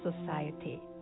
society